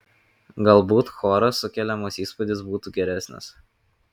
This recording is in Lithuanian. galbūt choro sukeliamas įspūdis būtų geresnis